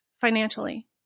financially